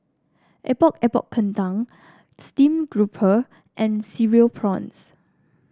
Epok Epok Kentang stream grouper and Cereal Prawns